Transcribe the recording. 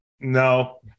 No